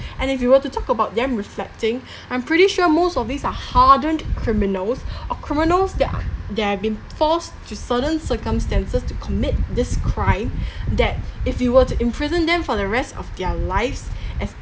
and if you were to talk about them reflecting I'm pretty sure most of these are hardened criminals or criminals that are they've been forced to certain circumstances to commit this crime that if you were to imprison them for the rest of their lives as